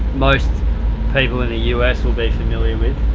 most people in the us will be familiar with.